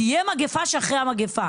תהיה מגיפה שאחרי המגיפה,